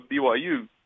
BYU